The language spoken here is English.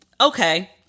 okay